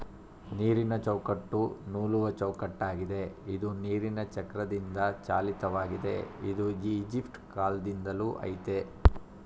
ನೀರಿನಚೌಕಟ್ಟು ನೂಲುವಚೌಕಟ್ಟಾಗಿದೆ ಇದು ನೀರಿನಚಕ್ರದಿಂದಚಾಲಿತವಾಗಿದೆ ಇದು ಈಜಿಪ್ಟಕಾಲ್ದಿಂದಲೂ ಆಯ್ತೇ